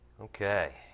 Okay